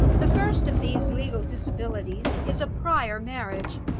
the first of these legal disabilities is a prior marriage,